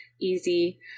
easy